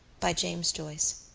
by james joyce